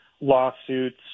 lawsuits